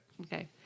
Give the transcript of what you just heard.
okay